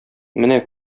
менә